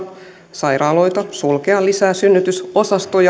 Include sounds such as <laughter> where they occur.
sairaaloita sulkea lisää synnytysosastoja <unintelligible>